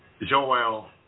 Joel